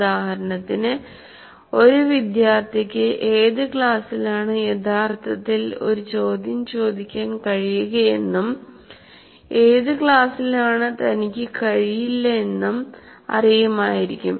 ഉദാഹരണത്തിന് ഒരു വിദ്യാർത്ഥിക്ക് ഏത് ക്ലാസിലാണ് യഥാർത്ഥത്തിൽ ഒരു ചോദ്യം ചോദിക്കാൻ കഴിയുകയെന്നും ഏത് ക്ലാസിലാണ് തനിക്ക് കഴിയില്ലെന്നും അറിയമായിരിക്കും